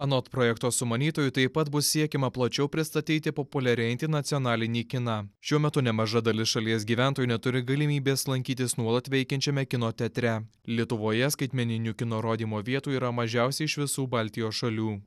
anot projekto sumanytojų taip pat bus siekiama plačiau pristatyti populiarėjantį nacionalinį kiną šiuo metu nemaža dalis šalies gyventojų neturi galimybės lankytis nuolat veikiančiame kino teatre lietuvoje skaitmeninių kino rodymo vietų yra mažiausiai iš visų baltijos šalių